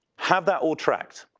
have that all tracked.